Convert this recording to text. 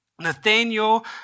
Nathaniel